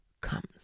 comes